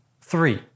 Three